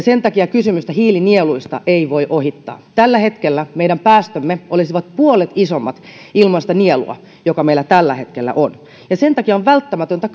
sen takia kysymystä hiilinieluista ei voi ohittaa tällä hetkellä meidän päästömme olisivat puolet isommat ilman sitä nielua joka meillä tällä hetkellä on ja sen takia on välttämätöntä